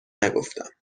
نگفتم